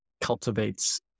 cultivates